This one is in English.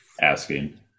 asking